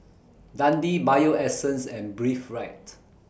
Dundee Bio Essence and Breathe Right